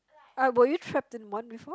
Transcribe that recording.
uh were you trapped in one before